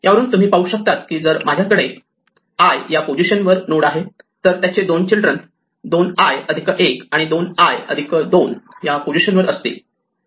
यावरून तुम्ही पाहू शकतात की जर माझ्याकडे i या पोझिशन वर नोड आहे तर त्याचे दोन चिल्ड्रन हे 2i 1 आणि 2i 2 या पोझिशन वर असतील